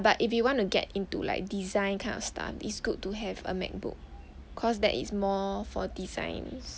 no lah but if you want to get into like design kind of stuff it's good to have a macbook cause that is more for design